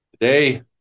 Today